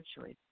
choice